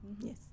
Yes